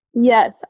Yes